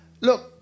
Look